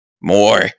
more